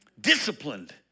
disciplined